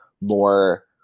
more